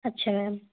ਅੱਛਾ ਮੈਮ